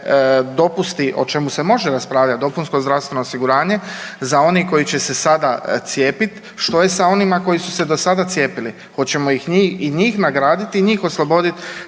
dopusti, o čemu se može raspravljat, dopunsko zdravstveno osiguranje za one koji će se sada cijepit, što je sa onima koji su se do sada cijepili, hoćemo i njih nagraditi i njih oslobodit